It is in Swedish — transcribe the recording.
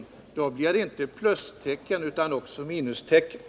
Det blir alltså inte bara pluseffekter utan också minuseffekter.